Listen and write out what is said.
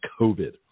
COVID